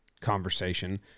conversation